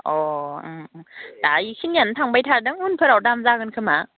अ ओं ओं दा एखिनियानो थांबाय थादों उनफोराव दाम जागोन खोमा